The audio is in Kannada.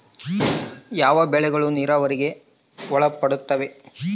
ಯಾವ ಬೆಳೆಗಳು ನೇರಾವರಿಗೆ ಒಳಪಡುತ್ತವೆ?